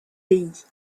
pays